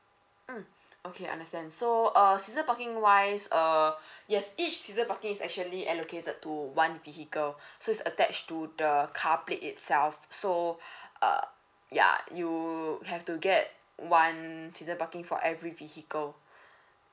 mm okay understand so uh season parking wise uh yes each season parking is actually allocated to one vehicle so is attached to the car plate itself so uh yeah you have to get one season parking for every vehicle